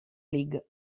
league